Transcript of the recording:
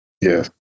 yes